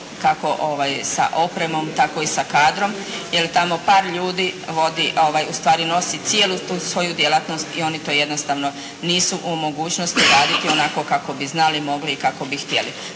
kako sa opremom tako i sa kadrom jer tamo par ljudi vodi, ustvari nosi cijelu tu svoju djelatnost i oni to jednostavno nisu u mogućnosti raditi onako bi znali i mogli i kako bi htjeli,